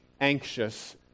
anxious